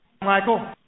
Michael